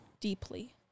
deeply